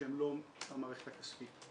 שהם לא המערכת הכספית,